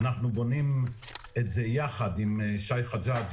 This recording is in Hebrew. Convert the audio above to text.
אנחנו בונים את זה יחד עם שי חג'ג',